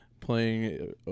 playing